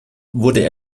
wurde